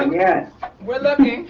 um yes. we're looking.